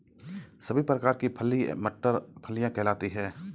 सभी प्रकार की फली एवं मटर फलियां कहलाती हैं